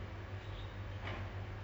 stay clear away from that